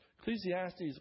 Ecclesiastes